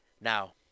Now